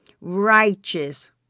righteous